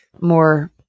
more